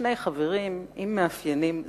שני חברים עם מאפיינים זהים.